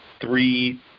three